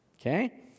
okay